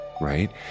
right